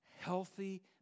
healthy